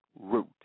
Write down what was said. root